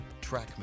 Trackman